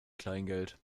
kleingeld